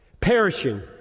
Perishing